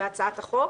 בהצעת החוק,